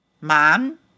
Mom